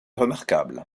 remarquable